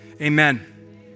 Amen